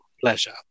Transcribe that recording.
pleasure